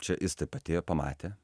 čia jis taip atėjo pamatė